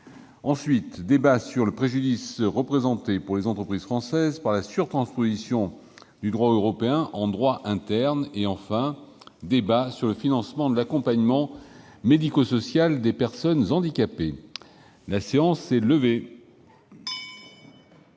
fonctions. Débat sur le préjudice représenté, pour les entreprises françaises, par la surtransposition du droit européen en droit interne. Débat sur le financement de l'accompagnement médico-social des personnes handicapées. Personne ne